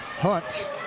Hunt